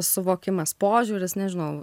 suvokimas požiūris nežinau